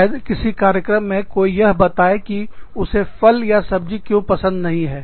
शायद किसी कार्यक्रम में कोई यह बताए कि उसे फल और सब्जी क्यों पसंद नहीं है